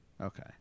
Okay